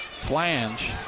flange